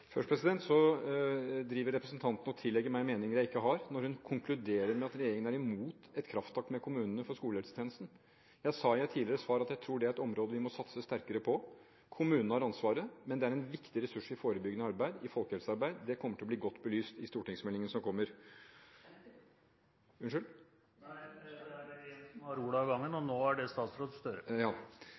Representanten tillegger meg meninger jeg ikke har, når hun konkluderer med at regjeringen er imot et krafttak med kommunene for skolehelsetjenesten. Jeg sa i et tidligere svar at jeg tror det er et område vi må satse sterkere på. Kommunene har ansvaret, men det er en viktig ressurs i forebyggende folkehelsearbeid. Det kommer til å bli godt belyst i stortingsmeldingen som kommer. Dere har stemt imot. Unnskyld? Regjeringa har stemt imot. Det er én som har ordet av gangen, og nå er det statsråd Gahr Støre.